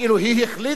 שכאילו היא החליטה,